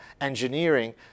engineering